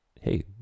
hey